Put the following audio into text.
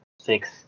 six